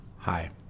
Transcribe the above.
Hi